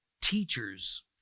teachers